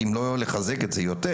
אם לא לחזק את זה יותר,